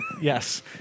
Yes